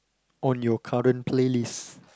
on your current playlist